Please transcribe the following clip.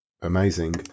Amazing